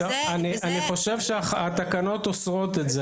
אני חושב שהתקנות אוסרות את זה